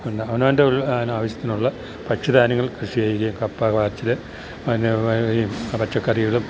അവനവൻ്റെ ആവശ്യത്തിനുള്ള ഭക്ഷ്യധാന്യങ്ങൾ കൃഷി ചെയ്യുകയും കപ്പ കാച്ചില് അതിൻ്റെ പച്ചക്കറികളും